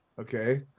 Okay